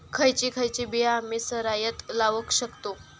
खयची खयची बिया आम्ही सरायत लावक शकतु?